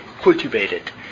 cultivated